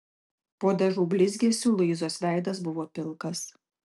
po dažų blizgesiu luizos veidas buvo pilkas